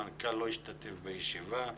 המנכ"ל לא השתתף בישיבה.